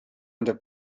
under